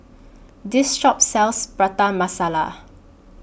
This Shop sells Prata Masala